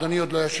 אדוני עוד לא ישיב.